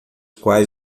quais